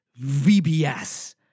VBS